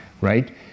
right